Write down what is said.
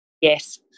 Yes